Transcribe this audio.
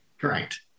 Correct